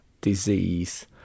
disease